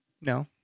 No